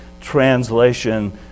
translation